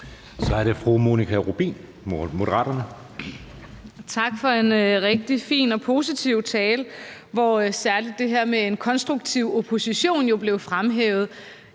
Kl. 16:34 Monika Rubin (M): Tak for en rigtig fin og positiv tale, hvor særlig det her med en konstruktiv opposition jo blev fremhævet.